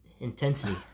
Intensity